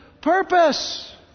purpose